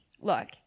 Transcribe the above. look